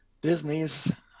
Disney's